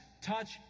touch